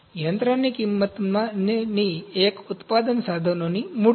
તેથી યંત્રની કિંમતમાંની એક ઉત્પાદન સાધનોની મૂડી છે